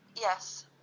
Yes